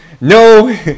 No